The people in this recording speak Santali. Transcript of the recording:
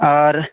ᱟᱨ